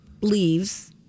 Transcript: leaves